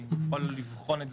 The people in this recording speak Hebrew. אני יכול לבחון,